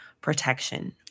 protection